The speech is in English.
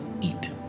eat